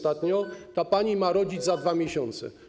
Ta pani ma rodzić za 2 miesiące.